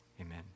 amen